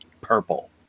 purple